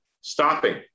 stopping